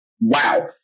Wow